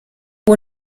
ubu